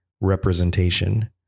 representation